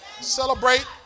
Celebrate